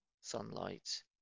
sunlight